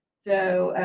so,